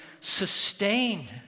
sustain